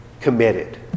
committed